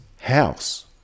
house